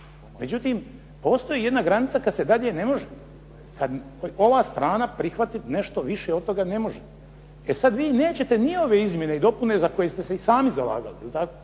Međutim, postoji jedna granica kada se dalje ne može, kada ova strana prihvatiti nešto više od toga ne može. E sada, vi nećete ni ove izmjene i dopune za koje ste se sami zalagali, sada to